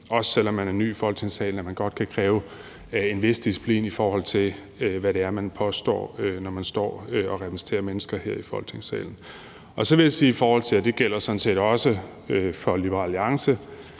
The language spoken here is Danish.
også selv om man er ny i Folketingssalen, at vi godt kan kræve en vis disciplin, i forhold til hvad det er, man påstår, når man står og repræsenterer mennesker her i Folketingssalen. Kl. 13:49 Så vil jeg sige – og det gælder sådan set også Liberal Alliance,